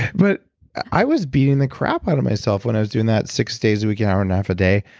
but i was beating the crap out of myself when i was doing that six days a week, an hour and a half a day.